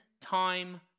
time